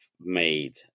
made